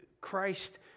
Christ